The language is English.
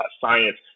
science